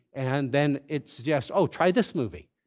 and then it suggests, oh, try this movie.